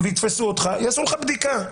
ויתפסו אותך יעשו לך בדיקה,